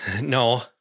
No